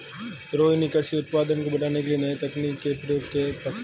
रोहिनी कृषि उत्पादन को बढ़ाने के लिए नए तकनीक के प्रयोग के पक्षधर है